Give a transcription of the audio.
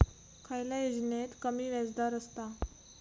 खयल्या योजनेत कमी व्याजदर असता?